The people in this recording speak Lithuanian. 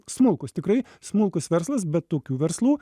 smulkus tikrai smulkus verslas bet tokių verslų